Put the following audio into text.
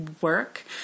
work